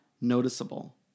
noticeable